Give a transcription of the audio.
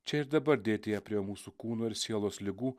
čia ir dabar dėtyje prie mūsų kūno ir sielos ligų